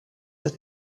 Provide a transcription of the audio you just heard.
had